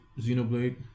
Xenoblade